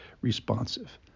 responsive